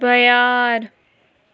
بیار